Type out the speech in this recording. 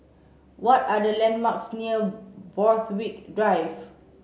what are the landmarks near Borthwick Drive